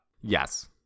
Yes